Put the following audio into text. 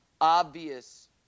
obvious